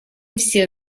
все